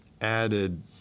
added